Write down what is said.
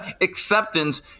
Acceptance